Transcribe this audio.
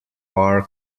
par